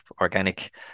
organic